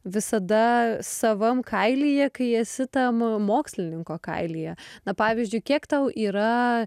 visada savam kailyje kai esi tam mokslininko kailyje na pavyzdžiui kiek tau yra